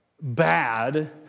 bad